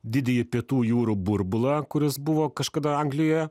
didįjį pietų jūrų burbulą kuris buvo kažkada anglijoje